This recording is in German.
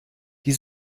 die